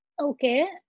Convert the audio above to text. Okay